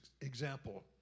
example